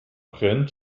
brennt